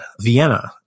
Vienna